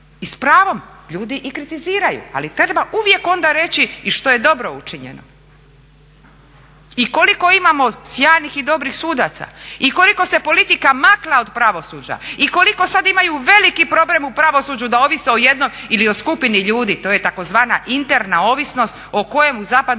I s pravom ljudi i kritiziraju, ali treba uvijek onda reći i što je dobro učinjeno. I koliko imamo sjajnih i dobrih sudaca i koliko se politika maknula od pravosuđa i koliko sada imaju veliki problem u pravosuđu da ovise o jednom ili o skupini ljudi, to je tzv. interna ovisnost o kojem u zapadnoj